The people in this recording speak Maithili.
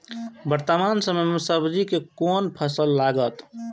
वर्तमान समय में सब्जी के कोन फसल लागत?